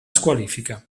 squalifica